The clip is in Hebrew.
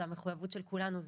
זה המחויבת של כולנו,